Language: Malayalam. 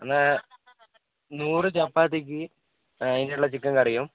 എന്നാൽ നൂറ് ചപ്പാത്തിക്ക് അതിനുള്ള ചിക്കൻ കറിയും